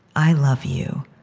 i love you,